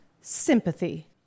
Sympathy